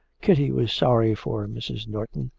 kitty was sorry for mrs. norton,